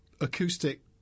acoustic